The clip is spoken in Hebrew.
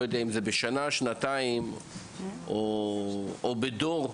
בהרבה, אולי בדור,